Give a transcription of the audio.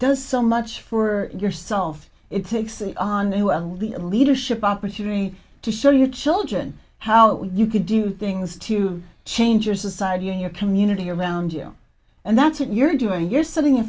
does so much for yourself it takes on who a leadership opportunity to show your children how you can do things to change your society and your community around you and that's what you're doing you're setting